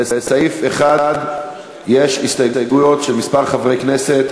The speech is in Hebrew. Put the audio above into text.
לסעיף 1 יש הסתייגויות של מספר חברי כנסת.